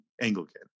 Anglican